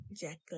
jackal